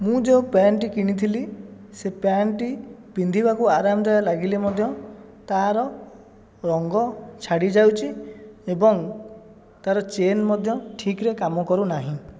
ମୁଁ ଯୋଉଁ ପ୍ୟାଣ୍ଟଟି କିଣିଥିଲି ସେ ପ୍ୟାଣ୍ଟଟି ପିନ୍ଧିବାକୁ ଆରାମଦାୟ ଲାଗିଲେ ମଧ୍ୟ ତାର ରଙ୍ଗ ଛାଡ଼ି ଯାଉଛି ଏବଂ ତାର ଚେନ୍ ମଧ୍ୟ ଠିକରେ କାମ କରୁନାହିଁ